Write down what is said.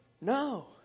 No